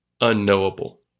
unknowable